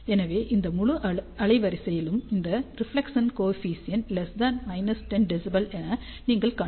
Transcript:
எனவே இந்த முழு அலைவரிசையிலும் அந்த ரிஃப்லெக்சன் கோஎஃபிசியண்ட் 10 dB என நீங்கள் காணலாம்